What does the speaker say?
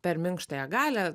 per minkštąją galią